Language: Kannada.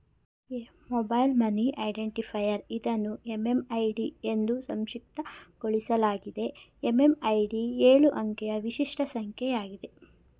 ಮೊಬೈಲ್ ಮನಿ ಐಡೆಂಟಿಫೈಯರ್ ಇದನ್ನು ಎಂ.ಎಂ.ಐ.ಡಿ ಎಂದೂ ಸಂಕ್ಷಿಪ್ತಗೊಳಿಸಲಾಗಿದೆ ಎಂ.ಎಂ.ಐ.ಡಿ ಎಳು ಅಂಕಿಯ ವಿಶಿಷ್ಟ ಸಂಖ್ಯೆ ಆಗಿದೆ